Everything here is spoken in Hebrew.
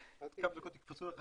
עוד כמה דקות יקפצו עליך